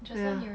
!haiya!